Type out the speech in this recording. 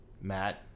Matt